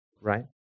Right